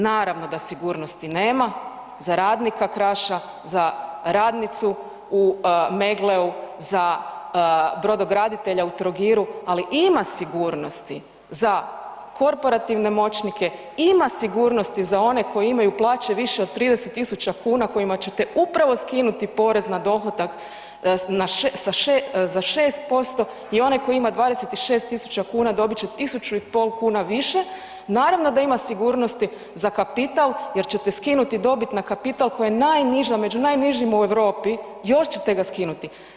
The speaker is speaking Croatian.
Naravno da sigurnosti nema za radnika Kraša, za radnicu u Meggleu, za brodograditelja u Trogiru ali ima sigurnosti za korporativne moćnike, ima sigurnosti za one koji imaju plaće više od 30 000 kn kojima ćete upravo skinuti porez na dohodak za 6% i onaj koji ima 26 000 dobit će 1500 kn više, naravno da ima sigurnosti za kapital jer ćete skinuti dobiti na kapital koji je najniži, među najnižim u Europi, još ćete ga skinuti.